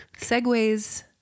Segways